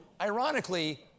ironically